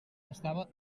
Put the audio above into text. estava